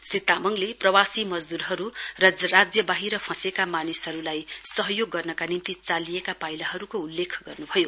श्री तामङले प्रवासी मजदूरहरु र राज्य वाहिर फँसेका मानिसहरुलाई सहयोग गर्नका निम्ति चालिएका पाइलाहरुको उल्लेख गर्नुभयो